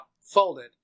folded